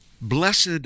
Blessed